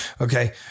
Okay